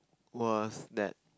was that